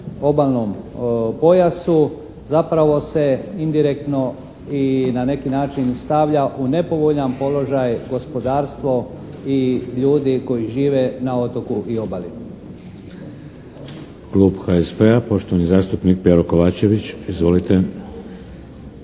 obalnom pojasu zapravo se indirektno i na neki način stavlja u nepovoljan položaj gospodarstvo i ljudi koji žive na otoku i obali.